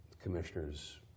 commissioners